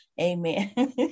Amen